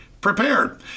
prepared